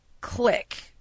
click